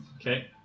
Okay